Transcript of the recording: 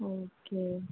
okay